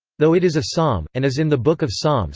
though it is a psalm, and is in the book of psalms,